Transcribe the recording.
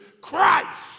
Christ